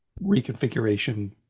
reconfiguration